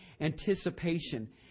anticipation